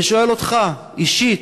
אני שואל אותך, אישית,